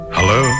Hello